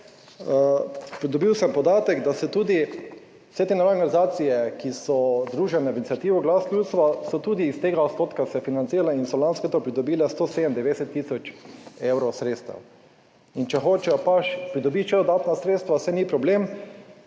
dobil sem podatek, da se tudi vse te nevladne organizacije, ki so združene v iniciativo Glas ljudstva, so tudi iz tega odstotka se financirale in so lansko leto pridobile 197.000 evrov sredstev. In če hočejo pridobiti še dodatna sredstva, saj ni problem,